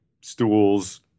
stools